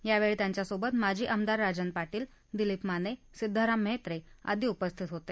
यावेळी त्यांच्या सोबत माजी आमदार राजन पाटील दिलीप माने सिध्दाराम म्हेत्रे आदी उपस्थित होते